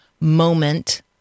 moment